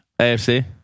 AFC